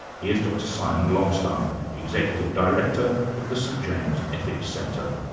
here's dr simon longstaff, executive director of the st james ethics centre.